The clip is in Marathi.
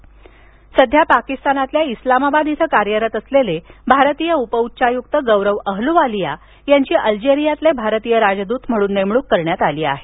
गौरव अहल्वालिया सध्या पाकिस्तानातील इस्लामाबाद इथं कार्यरत असलेले भारतीय उपउच्चायुक्त गौरव अहलुवालिया यांची अल्जेरियातील भारतीय राजदूत म्हणून नेमणूक करण्यात आली आहे